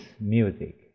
music